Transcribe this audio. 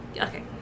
Okay